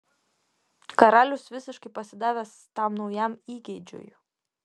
karalius visiškai pasidavęs tam naujam įgeidžiui